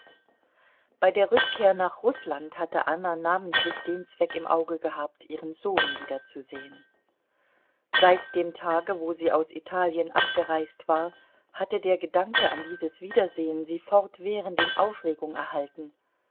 bei der rückkehr nach rußland hatte anna namentlich den zweck im auge gehabt ihren sohn wiederzusehen seit dem tage wo sie aus italien abgereist war hatte der gedanke an dieses wiedersehen sie fortwährend in aufregung erhalten